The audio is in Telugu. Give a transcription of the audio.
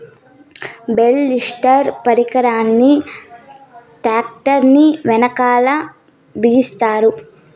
బేల్ లిఫ్టర్ పరికరాన్ని ట్రాక్టర్ కీ వెనకాల బిగిస్తారు